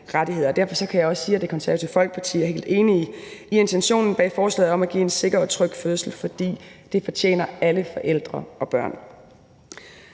Derfor kan jeg også sige, at Det Konservative Folkeparti er helt enig i intentionen bag forslaget om at give en sikker og tryg fødsel, fordi det fortjener alle forældre og børn.